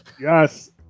yes